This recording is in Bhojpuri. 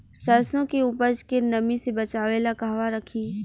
सरसों के उपज के नमी से बचावे ला कहवा रखी?